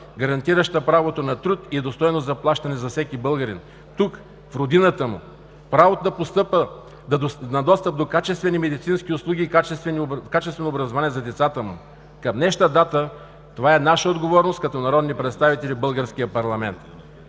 гарантираща правото на труд и достойно заплащане за всеки българин, тук, в родината му, правото на достъп до качествени медицински услуги и качествено образование за децата му. Към днешна дата това е наша отговорност като народни представители в българския парламент.